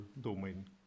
domain